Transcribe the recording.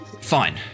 fine